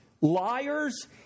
liars